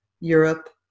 Europe